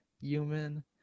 human